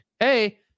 Hey